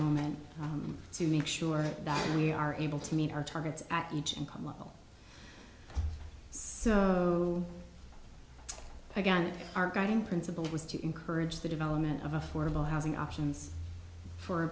moment to make sure that we are able to meet our targets at each income level so again our guiding principle was to encourage the development of affordable housing options for a